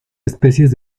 especies